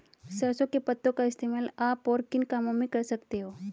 सरसों के पत्तों का इस्तेमाल आप और किन कामों में कर सकते हो?